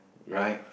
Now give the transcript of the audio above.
right